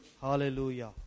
Hallelujah